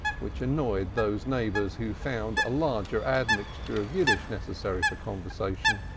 which annoyed those neighbors who found a larger admixture of yiddish necessary for conversation.